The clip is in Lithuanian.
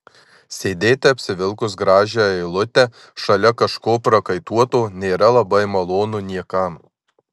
sėdėti apsivilkus gražią eilutę šalia kažko prakaituoto nėra labai malonu niekam